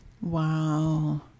Wow